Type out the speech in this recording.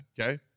Okay